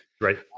Right